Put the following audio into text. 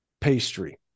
pastry